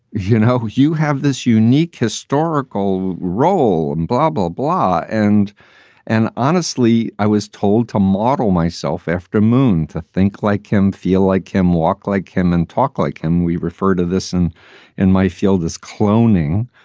you know who you have this unique historical role and blah, blah, blah. and and honestly, i was told to model myself after moon to think like him, feel like him, walk like him and talk like him. we refer to this. and in my field as cloning,